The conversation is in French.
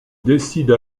décide